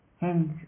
Hence